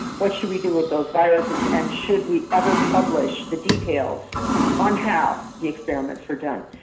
what should we do with those viruses and should we ever publish the details on how the experiments were done?